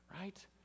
right